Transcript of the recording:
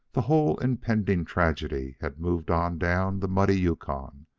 the whole impending tragedy had moved on down the muddy yukon,